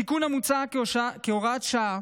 התיקון מוצע כהוראת שעה,